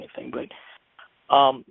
anything—but